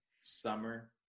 Summer